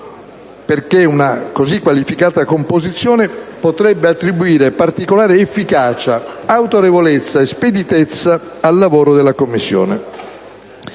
Senato; una così qualificata composizione potrebbe attribuire particolare efficacia, autorevolezza e speditezza al lavoro della Commissione.